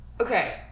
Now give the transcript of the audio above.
okay